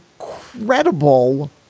incredible